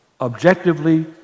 objectively